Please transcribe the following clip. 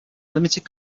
limited